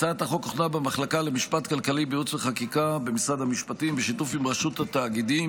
הצעת החוק הוכנה במשרד המשפטים בשיתוף עם רשות התאגידים